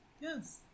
Yes